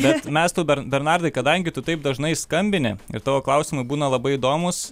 bet mes tau ber bernardai kadangi tu taip dažnai skambini ir tavo klausimai būna labai įdomūs